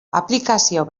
aplikazio